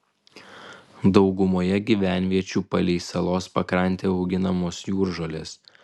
daugumoje gyvenviečių palei salos pakrantę auginamos jūržolės